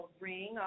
ring